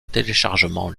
téléchargement